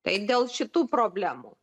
tai dėl šitų problemų